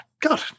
God